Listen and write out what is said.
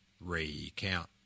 Recount